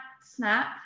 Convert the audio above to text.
snap